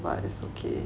but it's okay